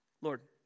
Lord